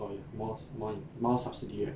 got more more more subsidiary right